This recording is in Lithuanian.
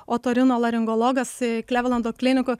otorinolaringologas klevlando klinikų